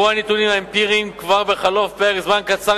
הראו הנתונים האמפיריים כבר בחלוף פרק זמן קצר